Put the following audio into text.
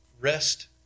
rest